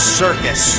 circus